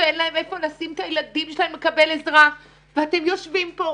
שאין להם איפה לשים את הילדים שלהם לקבל עזרה ואתם יושבים פה,